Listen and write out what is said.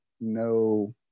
no